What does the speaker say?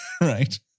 Right